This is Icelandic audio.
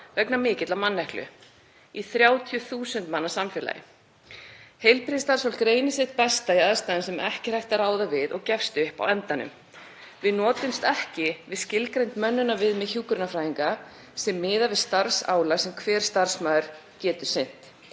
vegna mikillar manneklu í 30.000 manna samfélagi. Heilbrigðisstarfsfólk reynir sitt besta í aðstæðum sem ekki er hægt að ráða við og gefst upp á endanum. Við notumst ekki við skilgreind mönnunarviðmið hjúkrunarfræðinga sem miða við starfsálag sem hver starfsmaður getur sinnt